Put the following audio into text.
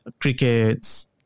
Crickets